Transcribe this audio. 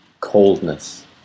coldness